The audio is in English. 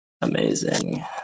Amazing